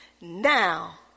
Now